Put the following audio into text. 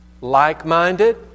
Like-minded